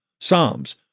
Psalms